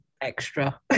extra